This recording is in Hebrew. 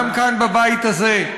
גם כאן בבית הזה,